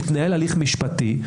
יתנהל הליך משפטי.